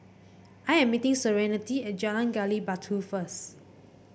I am meeting Serenity at Jalan Gali Batu first